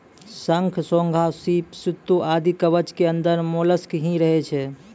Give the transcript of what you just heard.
शंख, घोंघा, सीप, सित्तू आदि कवच के अंदर मोलस्क ही रहै छै